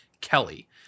Kelly